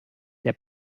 der